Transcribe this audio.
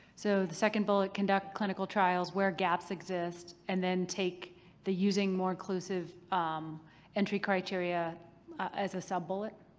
so the second bullet, conduct clinical trials where gaps exist, and then take the using more inclusive um entry criteria as a sub-bullet?